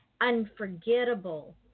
unforgettable